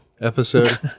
episode